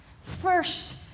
first